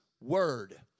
word